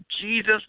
Jesus